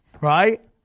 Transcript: Right